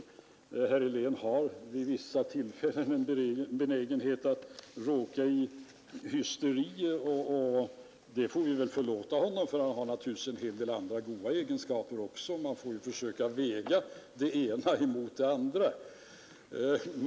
Herr Helén har vid vissa tillfällen en benägenhet att råka i hysteri, och det får vi väl förlåta honom, ty han har en del goda egenskaper också. Man får försöka väga det ena mot det andra.